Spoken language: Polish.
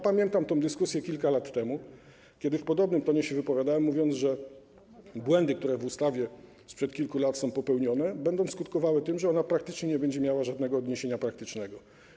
Pamiętam tę dyskusję kilka lat temu, kiedy w podobnym tonie się wypowiadałem, mówiąc, że błędy, które w ustawie sprzed kilku lat są popełnione, będą skutkowały tym, że ona praktycznie nie będzie miała żadnego odniesienia praktycznego.